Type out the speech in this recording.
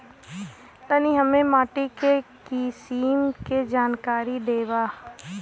तनि हमें माटी के किसीम के जानकारी देबा?